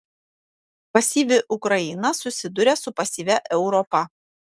pasyvi ukraina susiduria su pasyvia europa